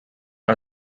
are